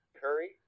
Curry